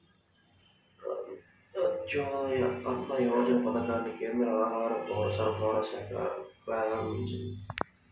అంత్యోదయ అన్న యోజన పథకాన్ని కేంద్ర ఆహార, పౌరసరఫరాల శాఖ ప్రారంభించింది